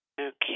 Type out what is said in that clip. Okay